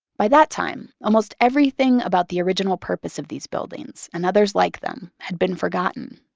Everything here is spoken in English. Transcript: by that time, almost everything about the original purpose of these buildings and others like them had been forgotten.